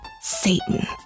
Satan